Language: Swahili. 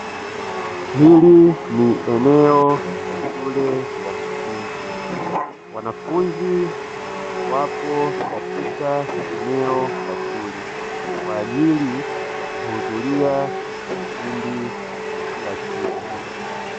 Hili ni eneo la shule ya msingi. Wanafunzi wapo katika eneo la shule, kwa ajili ya kuhudhuria vipindi vya kila siku.